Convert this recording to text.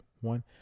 one